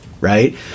Right